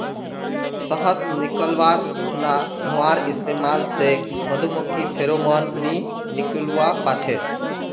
शहद निकाल्वार खुना धुंआर इस्तेमाल से मधुमाखी फेरोमोन नि निक्लुआ पाछे